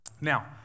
Now